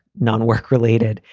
non-work related.